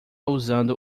usando